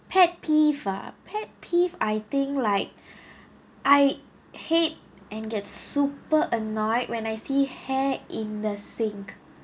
pet peeve uh pet peeve I think like I hate and get super annoyed when I see hair in the sink